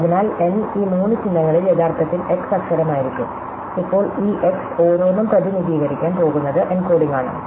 അതിനാൽ n ഈ 3 ചിഹ്നങ്ങളിൽ യഥാർത്ഥത്തിൽ x അക്ഷരം ആയിരിക്കും ഇപ്പോൾ ഈ x ഓരോന്നും പ്രതിനിധീകരിക്കാൻ പോകുന്നത് എൻകോഡിംഗ് ആണ്